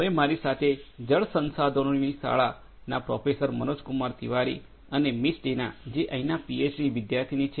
હવે મારી સાથે જળ સંસાધનોની શાળા સ્કૂલ ઓફ વોટર રિસોર્સિસના પ્રોફેસર મનોજકુમાર તિવારી અને મિસ ડીના જે અહીંના પીએચડી વિદ્યાર્થીની છે